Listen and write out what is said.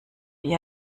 wie